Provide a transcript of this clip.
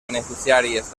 beneficiàries